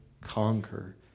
conquer